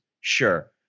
sure